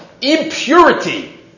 impurity